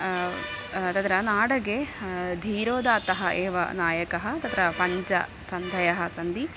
तत्र नाटके धीरोदात्तः एव नायकः तत्र पञ्च सन्धयः सन्ति